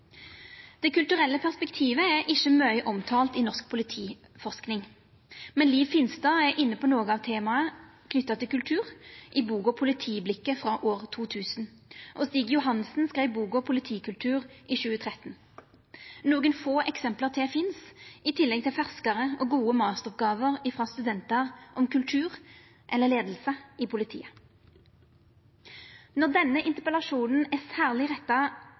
Det kulturelle perspektivet er ikkje mykje omtalt i norsk politiforsking, men Liv Finstad er inne på noko av temaet knytt til kultur i boka Politiblikket frå 2000, og Stig Johannessen skreiv boka Politikultur i 2013. Nokre få eksempel til finst – i tillegg til ferskare og gode masteroppgåver frå studentar om kultur eller leiing i politiet. Når denne interpellasjonen er særleg retta